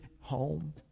home